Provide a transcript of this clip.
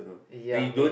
ya mayb~